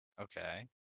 Okay